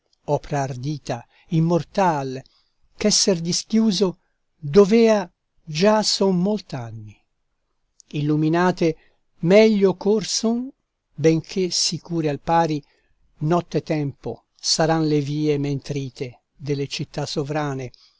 opra ardita immortal ch'esser dischiuso dovea già son molt'anni illuminate meglio ch'or son benché sicure al pari nottetempo saran le vie men trite delle città sovrane